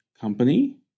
company